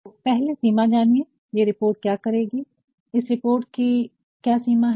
तो पहले सीमा जानिए ये रिपोर्ट क्या करेगी इस रिपोर्ट की क्या सीमा है